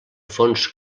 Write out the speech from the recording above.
fons